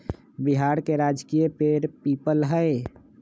बिहार के राजकीय पेड़ पीपल हई